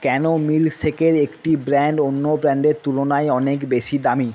কেন মিল্কশেকের একটি ব্র্যাণ্ড অন্য ব্র্যাণ্ডের তুলনায় অনেক বেশি দামি